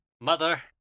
mother